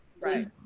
right